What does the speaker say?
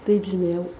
दै बिमायाव